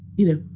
you know,